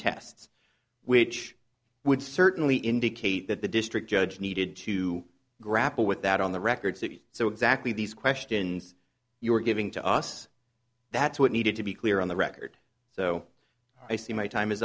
tests which would certainly indicate that the district judge needed to grapple with that on the record suit so exactly these questions you were giving to us that's what needed to be clear on the record so i see my time is